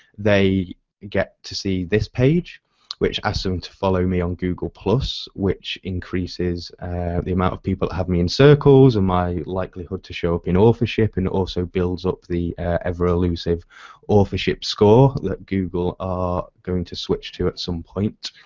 they get to see this page which asks them to follow me on google plus which increases the amount of people that have me in circles or my likelihood to show up in authorship and also builds up the ever elusive authorship score that google are going to switch to at some point.